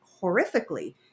horrifically